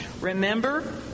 Remember